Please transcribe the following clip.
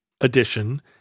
addition